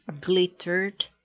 glittered